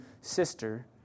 sister